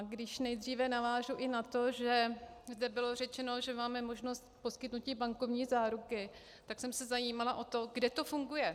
Když nejdříve navážu i na to, že zde bylo řečeno, že máme možnost poskytnutí bankovní záruky, tak jsem se zajímala o to, kde to funguje.